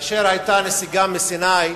כאשר היתה נסיגה מסיני,